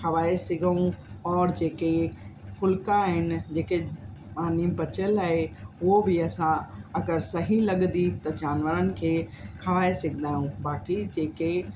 हवाए सघूं और जेके फुल्का आहिनि जेके पानी बचियल आहे उहो बि असां अगरि सही लॻंदी त जानवरनि खे खाराए सघंदा आहियूं बाक़ी जेके